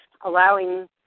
allowing